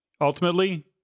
ultimately